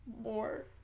more